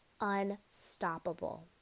unstoppable